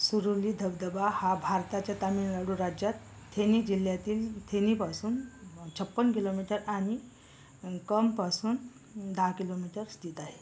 सुरुली धबधबा हा भारताच्या तामिळनाडू राज्यात थेनी जिल्ह्यातील थेनीपासून छप्पन्न किलोमीटर आणि पासून दहा किलोमीटर स्थित आहे